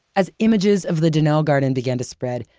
as images of the donnell garden began to spread,